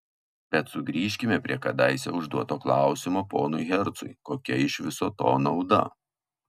bet sugrįžkime prie kadaise užduoto klausimo ponui hercui kokia iš viso to nauda